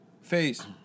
face